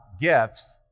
gifts